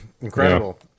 Incredible